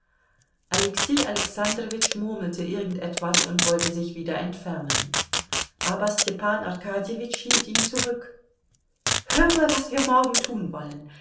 alexei alexandrowitsch murmelte irgend etwas und wollte sich wieder entfernen aber stepan arkadjewitsch hielt ihn zurück hör mal was wir morgen tun wollen